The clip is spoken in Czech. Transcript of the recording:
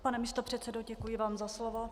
Pane místopředsedo, děkuji vám za slovo.